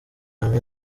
hamwe